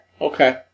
Okay